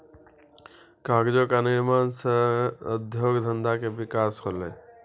कागजो क निर्माण सँ उद्योग धंधा के विकास होलय